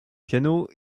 piano